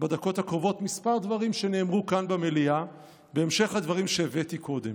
בדקות הקרובות כמה דברים שנאמרו כאן במליאה בהמשך לדברים שהבאתי קודם.